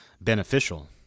beneficial